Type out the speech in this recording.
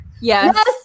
Yes